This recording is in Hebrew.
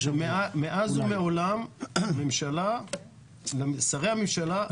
מאז ומעולם לשרי הממשלה היו לשכות.